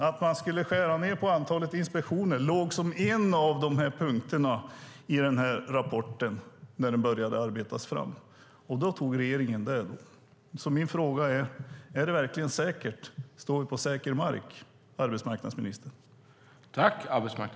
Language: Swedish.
Att skära ned på antalet inspektioner låg som en av punkterna i rapporten när den började arbetas fram, och det tog regeringen. Står vi verkligen på säker mark, arbetsmarknadsministern?